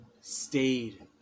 stayed